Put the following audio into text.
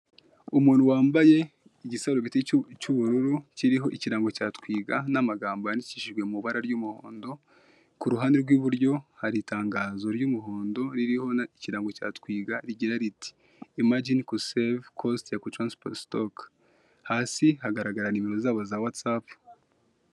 Umuntu wambaye igisarubeti cy'ubururu kiriho ikirango cya twiga n'amagambo yandikishijwe mu ibara ry'umuhondo, ku ruhande rw'iburyo hari itangazo ry'umuhondo ririho n'ikirango cya twiga rigira riti imajine kusevu kositi ya kutaransifa sitoke, hasi hagaragara nimero zabo za watsapu.